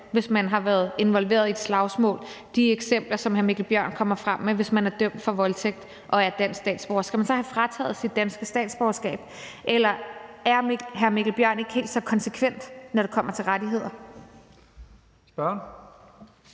hvis man har været involveret i et slagsmål eller i de eksempler, som hr. Mikkel Bjørn kommer frem med? Hvis man er dømt for voldtægt og er dansk statsborger, skal man så fratages sit danske statsborgerskab? Eller er hr. Mikkel Bjørn ikke helt så konsekvent, når det kommer til rettigheder? Kl.